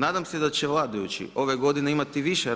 Nadam se da će vladajući ove godine imati više